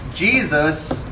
Jesus